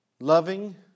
loving